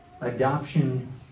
Adoption